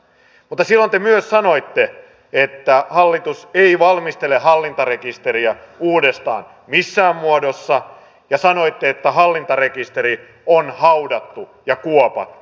mutta silloin te myös sanoitte että hallitus ei valmistele hallintarekisteriä uudestaan missään muodossa ja sanoitte että hallintarekisteri on haudattu ja kuopattu